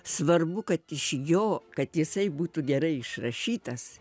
svarbu kad iš jo kad jisai būtų gerai išrašytas